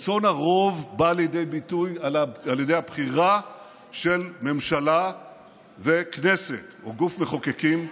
רצון הרוב בא לידי ביטוי על ידי הבחירה של ממשלה וכנסת או גוף מחוקקים,